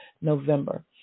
November